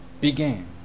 began